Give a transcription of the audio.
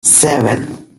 seven